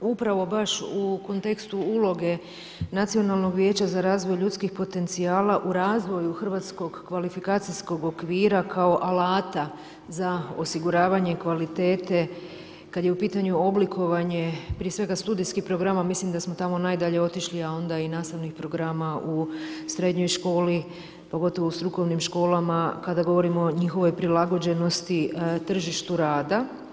upravo baš u kontekstu uloge Nacionalnog vijeća za razvoj ljudskih potencijala u razvoju Hrvatskog kvalifikacijskog okvira kao alata za osiguravanje kvalitete kad je u pitanju oblikovanje prije svega studijskih program, mislim da smo tamo najdalje otišli i onda i nastavnih programa u srednjoj školi, pogotovo u strukovnim školama kada govorimo o njihovoj prilagođenosti tržištu rada.